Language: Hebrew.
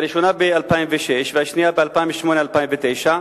הראשונה ב-2006 והשנייה ב-2008 2009,